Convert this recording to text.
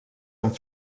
amb